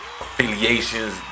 Affiliations